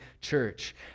church